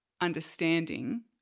understanding